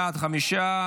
בעד, חמישה,